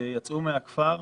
שיצאו מהכפר.